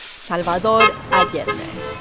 salvador allende.